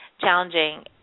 challenging